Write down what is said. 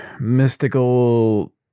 mystical